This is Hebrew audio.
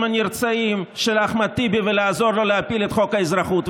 הנרצעים של אחמד טיבי ולעזור לו להפיל את חוק האזרחות.